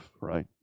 right